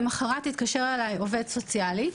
התקשר אליי למוחרת עובד סוציאלי.